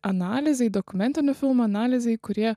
analizei dokumentinių filmų analizei kurie